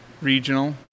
regional